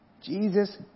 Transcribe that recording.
Jesus